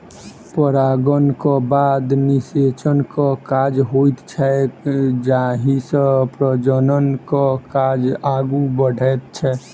परागणक बाद निषेचनक काज होइत छैक जाहिसँ प्रजननक काज आगू बढ़ैत छै